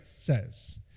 says